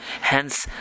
Hence